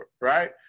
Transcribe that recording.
right